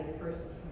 first